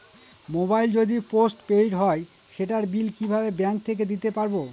Mobile যদি post paid হয় সেটার বিল কিভাবে ব্যাংক থেকে দিতে পারব?